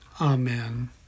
Amen